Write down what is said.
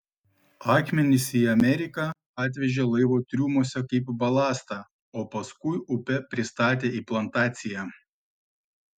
akmenis į ameriką atvežė laivo triumuose kaip balastą o paskui upe pristatė į plantaciją